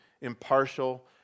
impartial